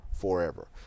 forever